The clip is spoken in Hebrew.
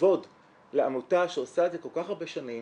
כבוד לעמותה שעושה את זה כל כך הרבה שנים